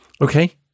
Okay